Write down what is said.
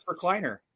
recliner